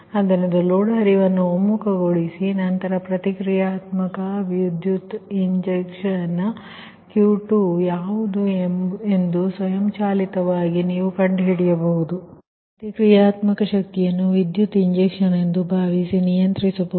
ಆದ್ದರಿಂದ ಲೋಡ್ ಹರಿವನ್ನು ಒಮ್ಮುಖಗೊಳಿಸಿ ನಂತರ ಪ್ರತಿಕ್ರಿಯಾತ್ಮಕ ವಿದ್ಯುತ್ ಇಂಜೆಕ್ಷನ್ Q2 ಯಾವುದು ಎಂದು ಸ್ವಯಂಚಾಲಿತವಾಗಿ ನೀವು ಕಂಡುಹಿಡಿಯಬಹುದು ಅದರ ಅರ್ಥ ಪ್ರತಿಕ್ರಿಯಾತ್ಮಕ ಶಕ್ತಿಯನ್ನು ವಿದ್ಯುತ್ ಇಂಜೆಕ್ಷನ್ ಎಂದು ಭಾವಿಸಿದರೆ ಯಾವಾಗ ನಿಯಂತ್ರಿಸಬಹುದು